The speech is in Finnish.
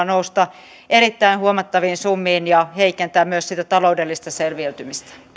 nousta erittäin huomattaviin summiin ja heikentää myös sitä taloudellista selviytymistä